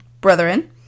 Brethren